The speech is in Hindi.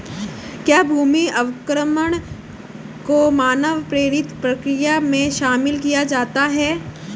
क्या भूमि अवक्रमण को मानव प्रेरित प्रक्रिया में शामिल किया जाता है?